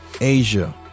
Asia